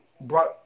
brought